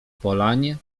polanie